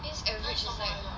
means everything eh